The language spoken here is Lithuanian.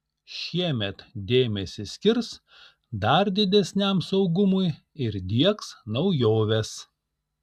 šiemet dėmesį skirs dar didesniam saugumui ir diegs naujoves